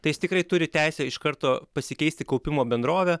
tai jis tikrai turi teisę iš karto pasikeisti kaupimo bendrovę